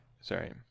Sorry